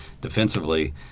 defensively